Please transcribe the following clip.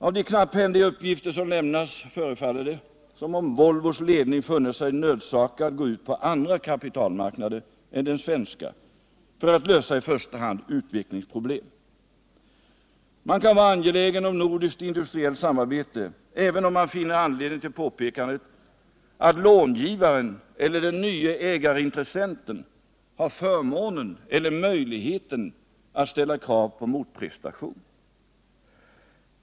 Av de knapphändiga uppgifter som lämnats förefaller det som om Volvos ledning funnit sig nödsakad att gå ut på andra kapitalmarknader än den svenska för att lösa i första hand utvecklingsproblem. Man kan vara angelägen om nordiskt industriellt samarbete även om man finner anledning till påpekandet att långivaren eller den nye ägarintressenten har förmånen eller möjligheten att ställa krav på motprestation.